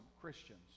Christians